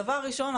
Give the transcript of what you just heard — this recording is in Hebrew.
דבר ראשון,